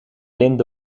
lint